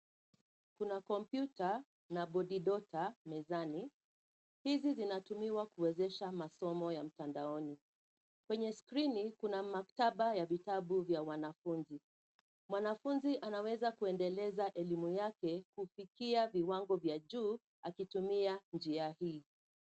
Kuna kompyuta na bodidota mezani. Hizi zinatumiwa kuwezesha masomo ya mtandaoni. Kwenye skrini kuna maktaba ya vitabu vya wanafunzi. Mwanafunzi anaeza kuendeleza elimu yake kufikia viwango vya juu akitumia njia hii.